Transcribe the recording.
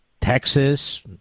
Texas